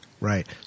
Right